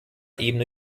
ebene